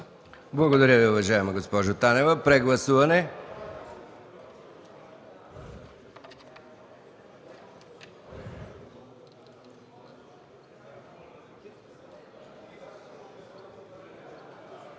Благодаря Ви, уважаема госпожо Танева. Прегласуване.